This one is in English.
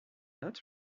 not